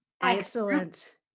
excellent